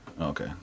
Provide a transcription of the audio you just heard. Okay